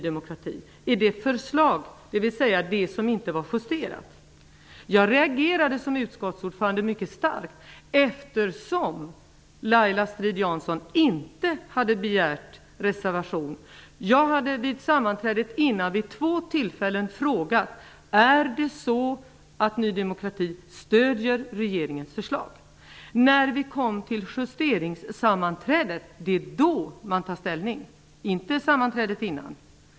Det var alltså det förslag som inte var justerat. Jag reagerade som utskottsordförande mycket starkt, eftersom Laila Strid-Jansson inte hade begärt reservation. Jag hade vid sammanträdet innan vid två tillfällen frågat: Är det så att Ny demokrati stöder regeringens förslag? När vi kom till justeringssammanträdet tog man ställning, inte vid sammanträdet innan.